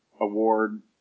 award